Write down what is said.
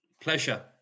Pleasure